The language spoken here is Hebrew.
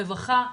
רווחה,